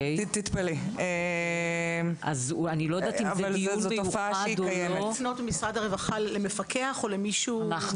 אתם לא יכולים לפנות במשרד הרווחה למפקח או למישהו מעל?